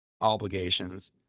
obligations